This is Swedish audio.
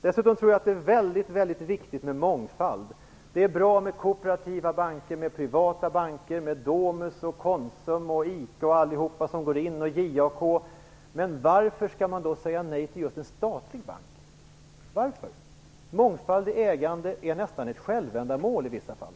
Dessutom tror jag att det är väldigt viktigt med mångfald. Det är bra med kooperativa banker, med privata banker, med Domus, Konsum och ICA och JAK. Men varför skall man då säga nej till just en statlig bank? Varför? Mångfald i ägandet är nästan ett självändamål i vissa fall.